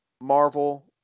Marvel